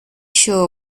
sure